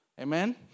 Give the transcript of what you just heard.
Amen